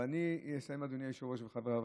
אבל אני אסיים, אדוני היושב-ראש וחברי הכנסת,